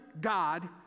God